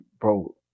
bro